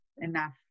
enough